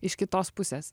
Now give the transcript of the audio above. iš kitos pusės